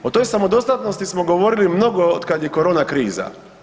O toj samodostatnosti smo govorili mnogo otkad je korona kriza.